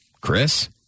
Chris